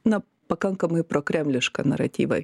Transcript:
na pakankamai prokremlišką naratyvą